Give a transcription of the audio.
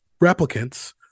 replicants—